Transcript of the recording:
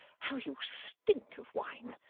how you stink of wine!